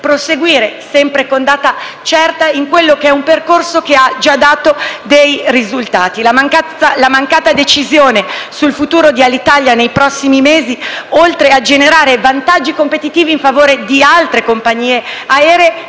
proseguire, sempre con data certa, in un percorso che ha già dato dei risultati. La mancata decisione sul futuro di Alitalia nei prossimi mesi, oltre a generare vantaggi competitivi in favore di altre compagnie aeree,